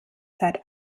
seit